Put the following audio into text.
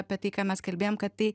apie tai ką mes kalbėjom kad tai